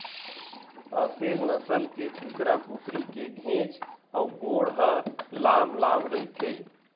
असेल नसल के कुकरा कुकरी के घेंच अउ गोड़ ह लांम लांम रहिथे